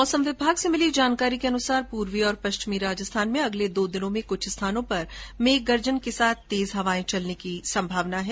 मौसम विभाग से मिली जानकारी के अनुसार पूर्वी और पश्चिमी राजस्थान में अगले दो दिनों कुछ स्थानों पर मेघ गर्जन के साथ तेज हवाएँ चलने की संभावना है